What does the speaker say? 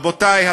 רבותי,